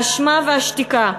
האשמה והשתיקה.